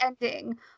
ending